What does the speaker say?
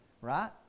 right